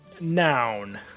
noun